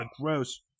gross